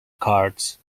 cards